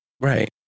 right